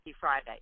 Friday